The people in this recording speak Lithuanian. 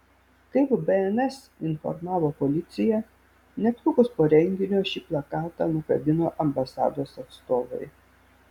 kaip bns informavo policija netrukus po renginio šį plakatą nukabino ambasados atstovai